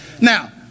Now